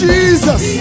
Jesus